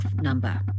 number